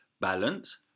balance